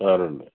సరెండి